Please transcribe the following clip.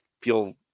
feel